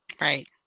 Right